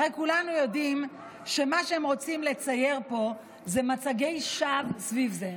הרי כולנו יודעים שמה שהם רוצים לצייר פה זה מצגי שווא סביב זה.